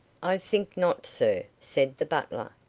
i think not, sir, said the butler,